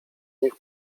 niech